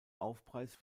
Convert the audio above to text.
aufpreis